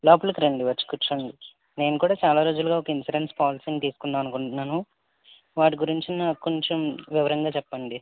లోపలికి రండి వచ్చి కూర్చోండి నేను కూడా చాలా రోజులుగా ఒక్క ఇన్షూరెన్స్ పాలసీని తీసుకుందాం అనుకుంటున్నాను వాటి గురించి నాకు కొంచెం వివరంగా చెప్పండి